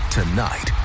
Tonight